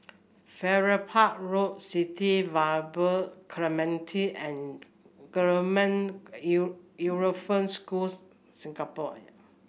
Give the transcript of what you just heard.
Farrer Park Road City Vibe Clementi and Schools Singapore